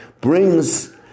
brings